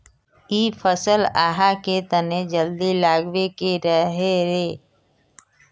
इ फसल आहाँ के तने जल्दी लागबे के रहे रे?